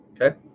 okay